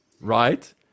right